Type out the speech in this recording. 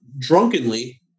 drunkenly